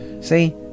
See